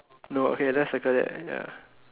no okay then circle that then ya